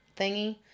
thingy